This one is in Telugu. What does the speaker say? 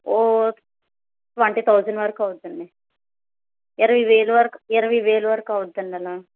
ట్వెంటీ థౌజండ్ వరకు అవుతుండండి ఇరవై వేలు వరకు ఇరవై వలు వరకు అవుతుండండి అలా